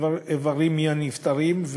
איברים מנפטרים,